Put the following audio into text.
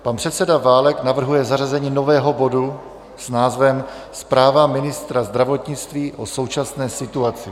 Pan předseda Válek navrhuje zařazení nového bodu s názvem Zpráva ministra zdravotnictví o současné situaci.